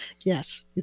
Yes